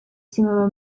similar